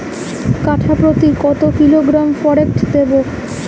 কাঠাপ্রতি কত কিলোগ্রাম ফরেক্স দেবো?